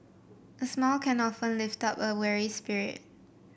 a smile can often lift up a weary spirit